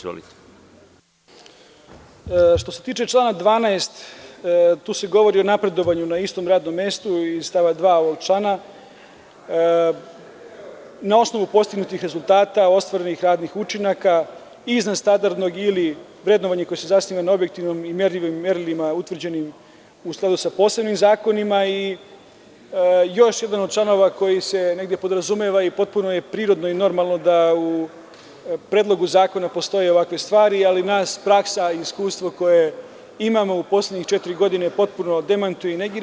Uvažena ministarko, što se tiče člana 12. tu se govori o napredovanju na istom radnom mestu iz stava 2. ovog člana, na osnovu postignutih rezultata, ostvarenih radnih učinaka iznad standardnog ili vrednovanje koje se zasniva na objektivnom i merilima utvrđenim u skladu sa posebnim zakonima i još jedan od članova koji negde podrazumeva i potpuno je prirodno i normalno da u predlogu zakona postoje ovakve stvari, ali nas praksa i iskustvo koje imamo u poslednje četiri godine potpuno demantuje i negira.